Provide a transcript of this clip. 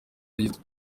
yagize